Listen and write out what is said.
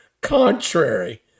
contrary